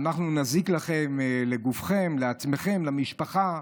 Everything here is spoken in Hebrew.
אנחנו נזיק לכם, לגופכם, לעצמכם, למשפחה.